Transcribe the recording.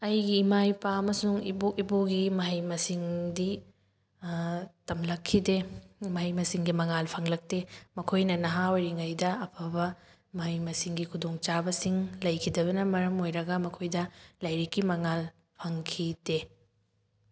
ꯑꯩꯒꯤ ꯏꯃꯥ ꯏꯄꯥ ꯑꯃꯁꯨꯡ ꯏꯄꯨꯒꯤ ꯃꯍꯩ ꯃꯁꯤꯡꯗꯤ ꯇꯝꯂꯛꯈꯤꯗꯦ ꯃꯍꯩ ꯃꯁꯤꯡꯒꯤ ꯃꯉꯥꯜ ꯐꯪꯂꯛꯇꯦ ꯃꯈꯣꯏꯅ ꯅꯍꯥ ꯑꯣꯏꯔꯤꯉꯩꯗ ꯑꯐꯕ ꯃꯍꯩ ꯃꯁꯤꯡꯒꯤ ꯈꯨꯗꯣꯡ ꯆꯥꯕꯁꯤꯡ ꯂꯩꯈꯤꯗꯕꯅ ꯃꯔꯝ ꯑꯣꯏꯔꯒ ꯃꯈꯣꯏꯗ ꯂꯥꯏꯔꯤꯛꯀꯤ ꯃꯉꯥꯜ ꯐꯪꯈꯤꯗꯦ